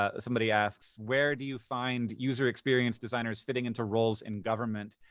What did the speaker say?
ah somebody asks, where do you find user experience designers fitting into roles in government?